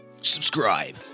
subscribe